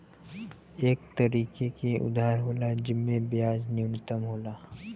एक तरीके के उधार होला जिम्मे ब्याज न्यूनतम होला